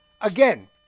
Again